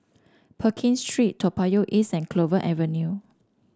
Pekin Street Toa Payoh East and Clover Avenue